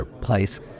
place